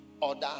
Order